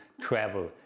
travel